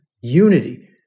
unity